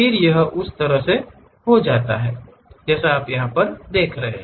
फिर यह उस तरह से हो जाता है जैसे आप देखते हैं